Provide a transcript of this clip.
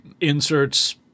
inserts